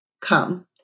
come